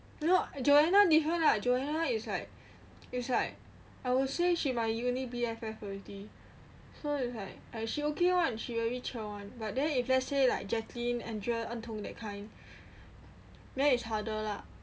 no joana different lah joanna is like is like I will say she my uni B_F_F already so it's like she okay one she really chill one but then let's like jacklyn andrea en tong that kind then it's harder lah